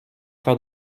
faire